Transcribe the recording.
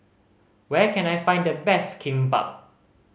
where can I find the best Kimbap